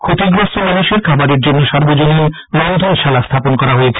ক্ষতিগ্রস্ত মানুষের খাবারের জন্য সার্বজনীন রন্ধনশালা স্হাপন করা হয়েছে